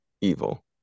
evil